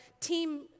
team